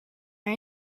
are